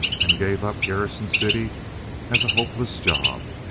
and gave up garrison city as a hopeless job.